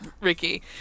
Ricky